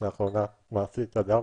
לאחרונה מעסיק אדם